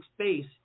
space